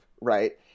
right